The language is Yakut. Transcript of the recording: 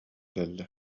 кэллэ